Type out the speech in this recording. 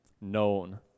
known